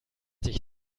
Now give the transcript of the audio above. dich